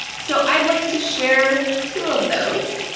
so i'd like to share two of those